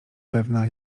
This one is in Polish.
pewna